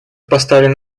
поставлен